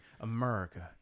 America